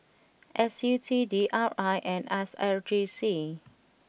S U T D R I and S R J C